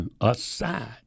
aside